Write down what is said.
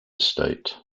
estate